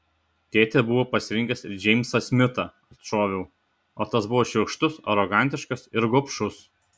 tėtė buvo pasirinkęs ir džeimsą smitą atšoviau o tas buvo šiurkštus arogantiškas ir gobšus